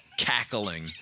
Cackling